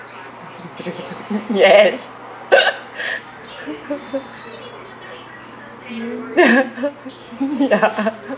yes ya